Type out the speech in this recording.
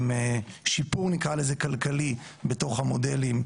עם שיפור כלכלי בתוך המודלים,